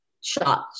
shot